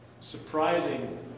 surprising